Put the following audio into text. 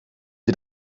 sie